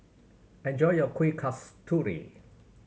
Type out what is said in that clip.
enjoy your Kuih Kasturi